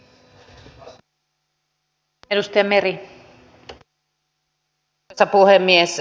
kiitos arvoisa puhemies